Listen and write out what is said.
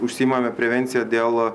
užsiimame prevencija dėl